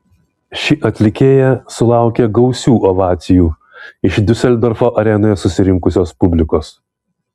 ši atlikėja sulaukė gausių ovacijų iš diuseldorfo arenoje susirinkusios publikos